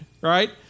right